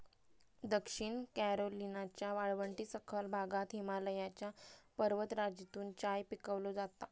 दक्षिण कॅरोलिनाच्या वाळवंटी सखल भागात हिमालयाच्या पर्वतराजीतून चाय पिकवलो जाता